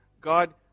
God